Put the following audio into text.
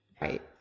Right